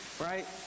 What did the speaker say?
right